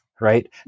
Right